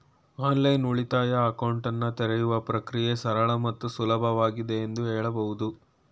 online ಉಳಿತಾಯ ಅಕೌಂಟನ್ನ ತೆರೆಯುವ ಪ್ರಕ್ರಿಯೆ ಸರಳ ಮತ್ತು ಸುಲಭವಾಗಿದೆ ಎಂದು ಹೇಳಬಹುದು